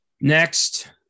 Next